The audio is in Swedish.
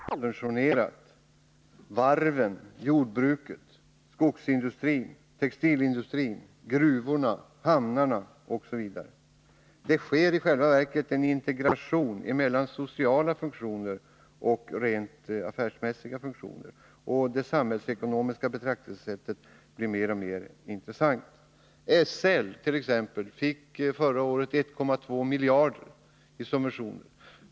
Herr talman! Det skulle vara frestande att ta tiden i anspråk för att diskutera subventionerna till SJ, som Olle Östrand också var inne på. Det är ett intressant område. Praktiskt taget allting är ju numera mer eller mindre subventionerat: varven, jordbruket, skogsindustrin, textilindustrin, gruvorna, hamnarna osv. Det sker ju i själva verket en integration mellan sociala funktioner och rent affärsmässiga funktioner, och det samhällsekonomiska betraktelsesättet blir mer och mer intressant. SL fick t.ex. förra året 1,2 miljarder i subventioner.